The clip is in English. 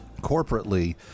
corporately